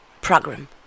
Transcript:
program